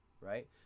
Right